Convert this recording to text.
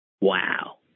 Wow